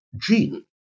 gene